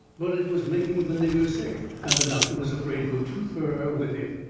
but it was making the nigger sick, and the doctor was afraid to go too fur with it,